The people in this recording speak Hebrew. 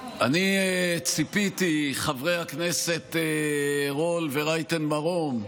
אני ציפיתי, חברי הכנסת רול ורייטן מרום,